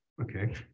okay